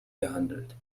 gehandelt